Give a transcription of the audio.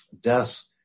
deaths